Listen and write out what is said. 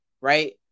right